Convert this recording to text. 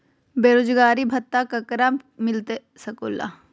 बेरोजगारी भत्ता ककरा मिलता सको है?